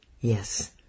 Yes